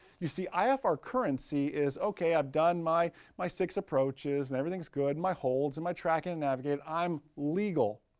you see, ifr currency is, okay, i've done my my six approaches and everything is good. my holds and my tracker and navigator. i'm legal.